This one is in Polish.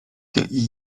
przecież